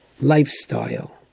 lifestyle